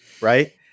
right